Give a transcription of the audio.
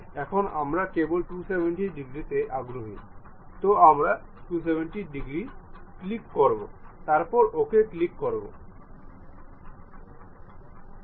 এখন আমরা কেবল 270 ডিগ্রিতে আগ্রহী আমরা 270 ক্লিক করি তারপরে OK ক্লিক করুন